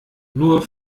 nur